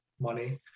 money